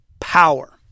power